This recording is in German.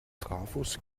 trafos